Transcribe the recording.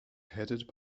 headed